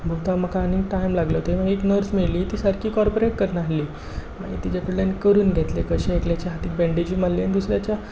भोंवता म्हाका आनी टायम लागलो थंय एक नर्स मेळ्ळी ती सारकी कॉरपरेट कर नासली मागीर तिज्या कडल्यान करून घेतलें कशेंय एकल्याच्या हातीक बँडेजी मारले आनी दुसऱ्याच्या